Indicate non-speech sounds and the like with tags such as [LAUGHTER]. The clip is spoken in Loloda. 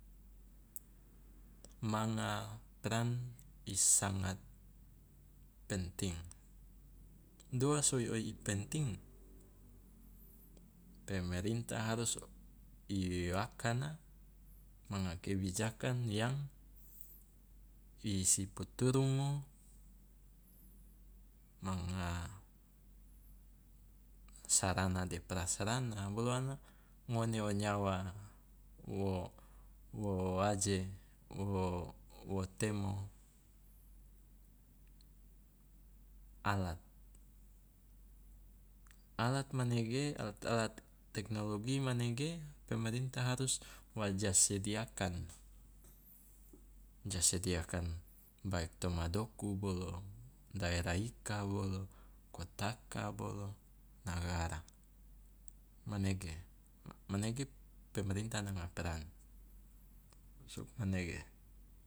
Manga peran i sangat penting, doa so oi oi penting? Pemerintah harus [HESITATION] akana manga kebijakan yang i si puturungu manga sarana de prasarana bolo ana ngone o nyawa wo wo aje wo wo temo alat. Alat manege alat alat teknologi manege pemerintah harus wa ja sediakan ja sediakan baik toma doku bolo, daerah ika bolo, kotaka bolo, nagara, manege, manege pemerintah naga peran, sugmanege.